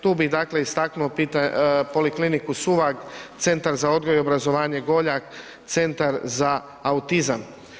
Tu bih dakle istaknuo pitanje Polikliniku Suvag, Centar za odgoj i obrazovanje Goljak, Centar za autizam.